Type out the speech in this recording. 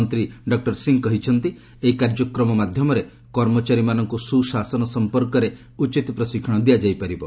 ମନ୍ତ୍ରୀ ଡକ୍ଟର ସିଂହ କହିଛନ୍ତି ଏହି କାର୍ଯ୍ୟକ୍ରମ ମାଧ୍ୟମରେ କର୍ମଚାରୀମାନଙ୍କୁ ସୁଶାସନ ସମ୍ପର୍କରେ ଉଚିତ୍ ପ୍ରଶିକ୍ଷଣ ଦିଆଯାଇ ପାରିବ